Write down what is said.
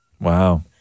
Wow